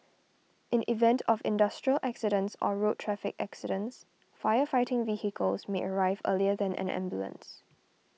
in event of industrial accidents or road traffic accidents fire fighting vehicles may arrive earlier than an ambulance